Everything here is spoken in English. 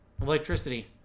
electricity